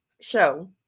show